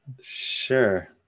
Sure